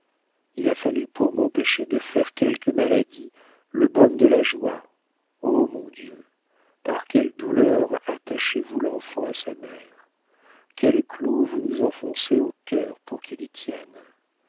il a fallu pour m'empêcher de faire quelque maladie le baume de la joie o mon dieu par quelles douleurs attachez-vous l'enfant à sa mère quels clous vous nous enfoncez au cœur pour qu'il y tienne